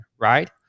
right